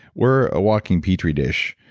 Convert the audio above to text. we're a walking petri dish.